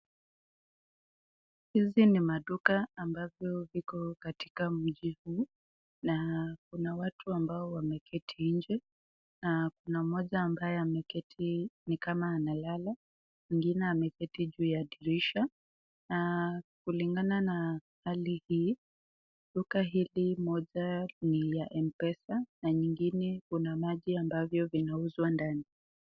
Hizi ni maduka ambavyo viko katika mji huu na kuna watu ambao wameketi inje, na kuna mmoja ambaye ameketi nikama analala, mwingine ameketi juu ya dirisha na kulingana na hali hii duka hili moja ni ya mpesa na nyingine kuna maji ambavyo vinauzwa ndani.